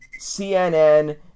CNN